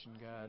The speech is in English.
God